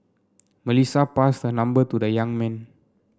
Melissa passed her number to the young man